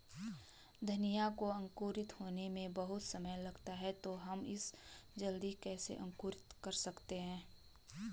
धनिया को अंकुरित होने में बहुत समय लगता है तो हम इसे जल्दी कैसे अंकुरित कर सकते हैं?